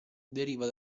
deriva